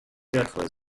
wertvoll